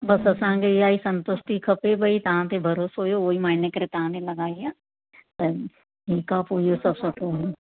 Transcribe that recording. बसि असांखे ईअं ई संतुष्टि खपे भई तव्हांखे भरोसो हुओ उहो ई मां इन करे ताड़े लॻाई आहे त ठीकु आहे पोइ इहो सभु सफ़ो